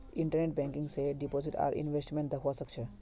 internet banking स deposit आर investment दख्वा स ख छ